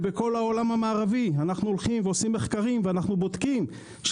אנחנו עושים מחקרים ובודקים בכל העולם המערבי,